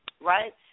right